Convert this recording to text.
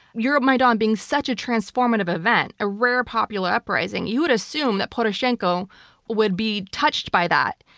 euromaidan being such a transformative event, a rare popular uprising, you would assume that poroshenko would be touched by that.